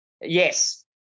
yes